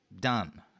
done